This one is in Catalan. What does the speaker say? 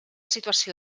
situació